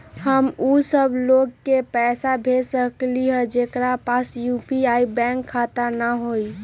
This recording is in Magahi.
हम उ सब लोग के पैसा भेज सकली ह जेकरा पास यू.पी.आई बैंक खाता न हई?